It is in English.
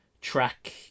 track